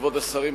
כבוד השרים,